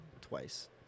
twice